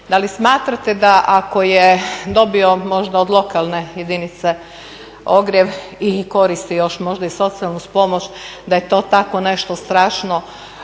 Da li smatrate da ako je dobio možda od lokalne jedinice ogrjev i koristi još možda i socijalnu pomoć da je to tako nešto strašno